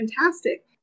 fantastic